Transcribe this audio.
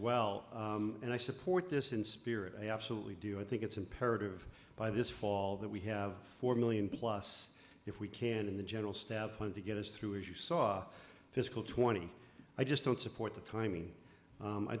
well and i support this in spirit i absolutely do i think it's imperative by this fall that we have four million plus if we can in the general staff and to get us through as you saw fiscal twenty i just don't support the timing